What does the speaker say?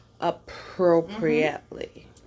appropriately